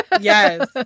Yes